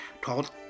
called